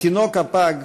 התינוק הפג,